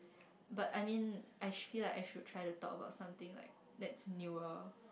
but I mean I feel like I should try to talk about something like that's newer